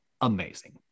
amazing